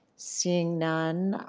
seeing none,